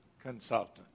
consultant